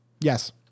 Yes